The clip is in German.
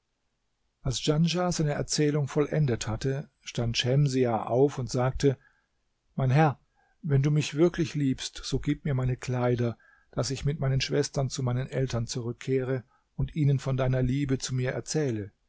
als djanschah seine erzählung vollendet hatte stand schemsiah auf und sagte mein herr wenn du mich wirklich liebst so gib mir meine kleider daß ich mit meinen schwestern zu meinen eltern zurückkehre und ihnen von deiner liebe zu mir erzähle